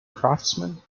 craftsmen